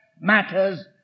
matters